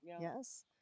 yes